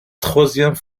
troisième